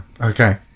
Okay